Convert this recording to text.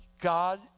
God